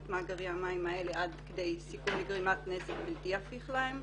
מאגרי המים האלה עד כדי סיכון לגרימת נזק בלתי הפיך להם.